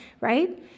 right